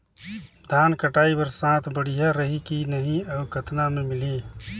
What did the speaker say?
धान कटाई बर साथ बढ़िया रही की नहीं अउ कतना मे मिलही?